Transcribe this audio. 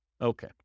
Okay